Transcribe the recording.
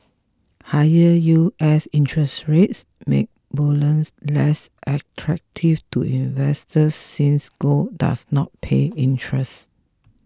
higher U S interest rates make bullion less attractive to investors since gold does not pay interest